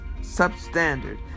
substandard